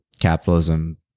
capitalism